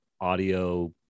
audio